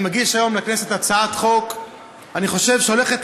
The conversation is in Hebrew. אני מגיש היום לכנסת הצעת חוק שאני חושב שהולכת